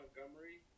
Montgomery